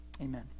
amen